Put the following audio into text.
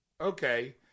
Okay